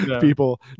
people